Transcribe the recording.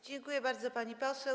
Dziękuję bardzo, pani poseł.